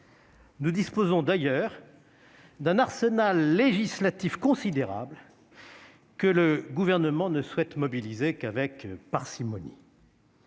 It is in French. nous disposons d'un arsenal législatif considérable, que le Gouvernement ne souhaite mobiliser qu'avec parcimonie.